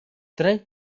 tre